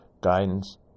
Guidance